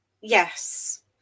Yes